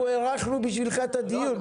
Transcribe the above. הארכנו בשבילך את הדיון.